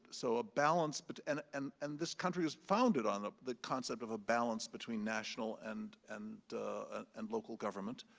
so a balance, but and and and this country was founded on the concept of a balance between national and and and local government,